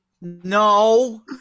No